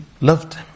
loved